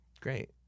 Great